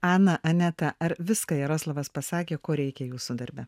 ana aneta ar viską jaroslavas pasakė ko reikia jūsų darbe